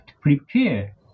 prepare